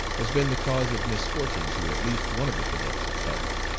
has been the cause of misfortune to at least one of the cadets of color.